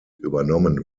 übernommen